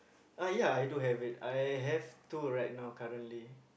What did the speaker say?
uh ya I do have it I have two right now currently